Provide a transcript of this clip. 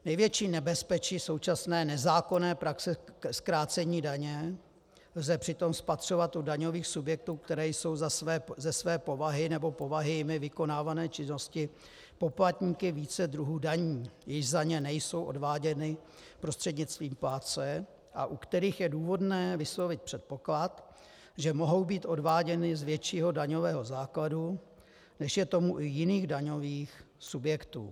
Největší nebezpečí současné nezákonné praxe zkrácení daně lze přitom spatřovat u daňových subjektů, které jsou ze své povahy nebo povahy jimi vykonávané činnosti poplatníky více druhů daní, jež za ně nejsou odváděny prostřednictvím plátce a u kterých je důvodné vyslovit předpoklad, že mohou být odváděny z většího daňového základu, než je tomu u jiných daňových subjektů.